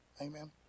Amen